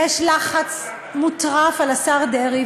יש לחץ מטורף על השר דרעי,